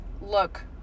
look